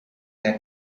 that